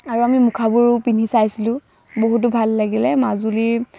আৰু আমি মুখাবোৰ পিন্ধি চাইছিলোঁ বহুতো ভাল লাগিলে মাজুলী